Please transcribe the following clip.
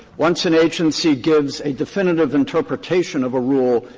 once an agency gives a definitive interpretation of a rule,